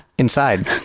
Inside